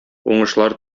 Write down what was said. уңышлар